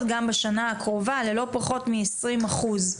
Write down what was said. גם בשנה הקרובה ללא פחות מעשרים אחוז,